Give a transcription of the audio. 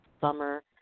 Summer